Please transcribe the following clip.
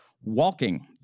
walking